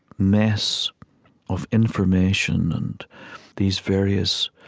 mess of information, and these various